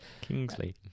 Kingsley